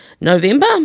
November